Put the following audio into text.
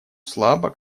слабо